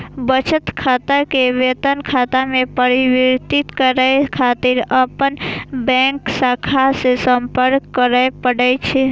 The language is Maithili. बचत खाता कें वेतन खाता मे परिवर्तित करै खातिर अपन बैंक शाखा सं संपर्क करय पड़ै छै